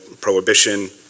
prohibition